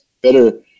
Better